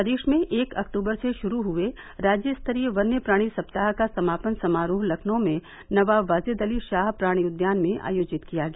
प्रदेश में एक अक्टूबर से शुरू हुए राज्य स्तरीय वन्य प्राणी सप्ताह का समापन समारोह लखनऊ में नवाब वाजिद अली शाह प्राणि उद्यान में आयोजित किया गया